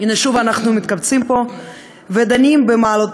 הנה שוב אנחנו מתכנסים פה ודנים במעלותיו,